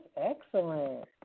excellent